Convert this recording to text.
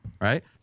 right